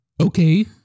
okay